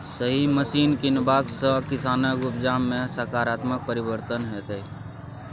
सही मशीन कीनबाक सँ किसानक उपजा मे सकारात्मक परिवर्तन हेतै